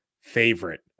favorite